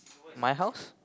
my house